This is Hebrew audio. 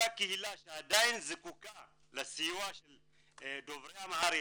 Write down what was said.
אותה קהילה שעדיין זקוקה לסיוע של דוברי אמהרית,